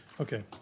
Okay